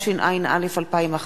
התשע"א 2011,